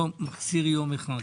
לא מחסיר יום אחד.